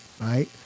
right